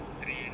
trail